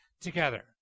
together